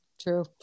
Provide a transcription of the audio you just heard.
True